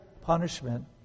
punishment